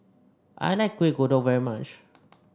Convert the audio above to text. I like Kuih Kodok very much